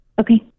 okay